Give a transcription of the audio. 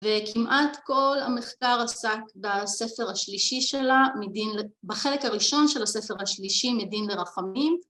וכמעט כל המחקר עסק בספר השלישי שלה, "מדין ל"... בחלק הראשון של הספר השלישי, "מדין לרחמים"